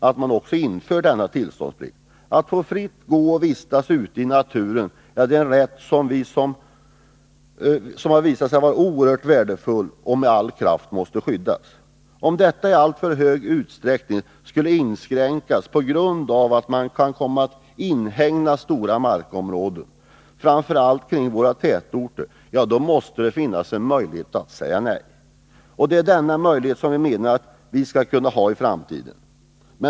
Att fritt få vistas ute i naturen är en rätt som har visat sig så värdefull att den med all kraft måste skyddas. Om denna rätt inskränks på grund av att alltför stora markområden inhägnas, framför allt kring våra tätorter, då måste det finnas möjlighet att avslå ansökningar om att inhägna vissa områden. Vi anser att denna möjlighet måste finnas för framtiden.